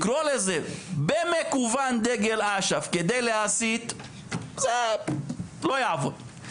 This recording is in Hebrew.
לקרוא לזה במכוון דגל אש"ף כדי להסית, לא יעבוד.